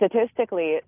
Statistically